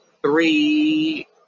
three